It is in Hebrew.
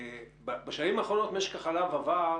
בשנים האחרונות משק החלב עבר